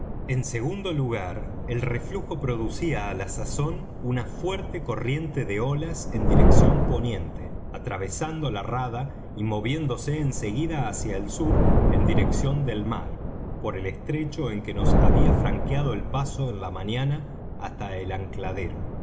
en segundo lugar el reflujo producía á la sazón una fuerte corriente de olas en dirección poniente atravesando la rada y moviéndose en seguida hacia el sur en dirección del mar por el estrecho que nos había franqueado el paso en la mañana hasta el